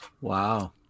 Wow